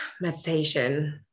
meditation